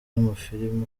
w’amafilime